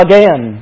Again